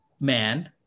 man